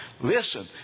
Listen